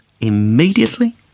immediately